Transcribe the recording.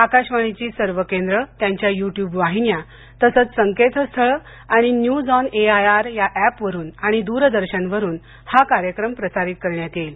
आकाशवाणीची सर्व केंद्र त्यांच्या युट्यूब वाहिन्या तसंच संकेतस्थळ आणि news on A I R या ऍपवरुन आणि द्रदर्शनवरून हा कार्यक्रम प्रसारित करण्यात येईल